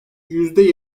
yüzde